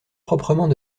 proprement